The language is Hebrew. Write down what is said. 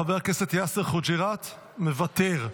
חבר הכנסת יאסר חוג'יראת, מוותר.